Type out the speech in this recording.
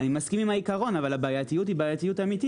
אני מסכים עם העיקרון, אבל הבעייתיות היא אמיתית.